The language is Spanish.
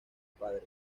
padre